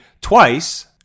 twice